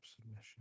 submission